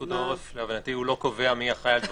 פיקוד העורף לא קובע מי אחראי על דברים,